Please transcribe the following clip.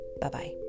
bye-bye